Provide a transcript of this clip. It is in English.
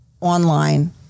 online